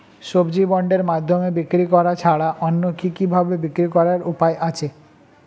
সবজি বন্ডের মাধ্যমে বিক্রি করা ছাড়া অন্য কি কি ভাবে বিক্রি করার উপায় আছে?